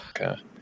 Okay